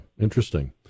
interesting